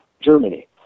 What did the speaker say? Germany